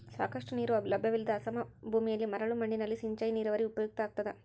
ಸಾಕಷ್ಟು ನೀರು ಲಭ್ಯವಿಲ್ಲದ ಅಸಮ ಭೂಮಿಯಲ್ಲಿ ಮರಳು ಮಣ್ಣಿನಲ್ಲಿ ಸಿಂಚಾಯಿ ನೀರಾವರಿ ಉಪಯುಕ್ತ ಆಗ್ತದ